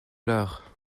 l’heure